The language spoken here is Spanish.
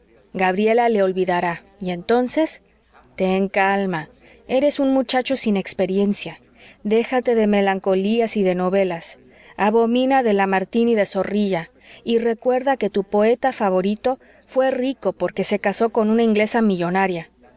gabriela le olvidará y entonces ten calma eres un muchacho sin experiencia déjate de melancolías y de novelas abomina de lamartine y de zorrilla y recuerda que tu poeta favorito fué rico porque se casó con una inglesa millonaria